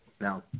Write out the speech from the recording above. Now